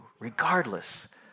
regardless